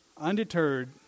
undeterred